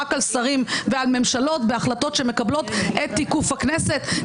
רק על שרים ועל ממשלות בהחלטות שמקבלות את תיקוף הכנסת.